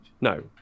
No